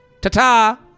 Ta-ta